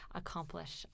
accomplish